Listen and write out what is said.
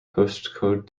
postcode